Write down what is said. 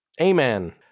Amen